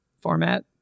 format